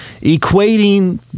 equating